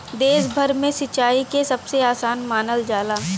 देश भर में सिंचाई के सबसे आसान मानल जाला